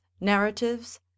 narratives